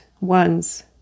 ones